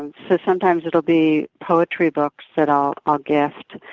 um so sometimes, it'll be poetry books that i'll i'll gift.